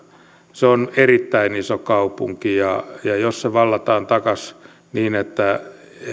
se on erittäin iso kaupunki ja ja jos se vallataan takaisin niin että